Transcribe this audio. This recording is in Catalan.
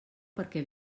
perquè